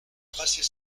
tracer